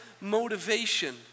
motivation